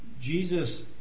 Jesus